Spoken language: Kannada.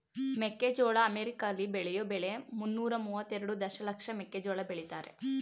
ಮೆಕ್ಕೆಜೋಳ ಅಮೆರಿಕಾಲಿ ಬೆಳೆಯೋ ಬೆಳೆ ಮುನ್ನೂರ ಮುವತ್ತೆರೆಡು ದಶಲಕ್ಷ ಮೆಕ್ಕೆಜೋಳ ಬೆಳಿತಾರೆ